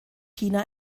china